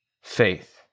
faith